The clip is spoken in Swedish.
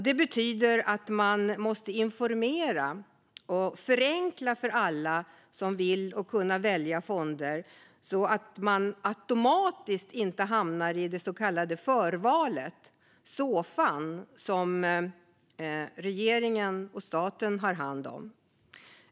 Det betyder att man måste informera och förenkla för alla som vill att kunna välja fonder, så att man inte automatiskt hamnar i förvalet, den så kallade Såfan som staten har hand om.